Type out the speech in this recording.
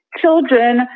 children